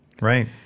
Right